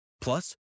Plus